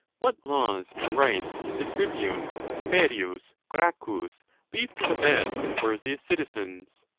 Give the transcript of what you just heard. what laws or rights did the tribune tiberius gracchus leave to the best and worthiest citizens?